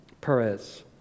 Perez